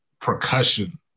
percussion